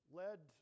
led